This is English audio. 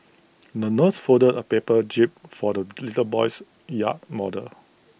the nurse folded A paper jib for the little boy's yacht model